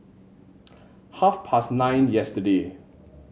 half past nine yesterday